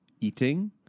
eating